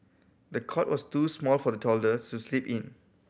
the cot was too small for the toddler to sleep in